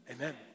amen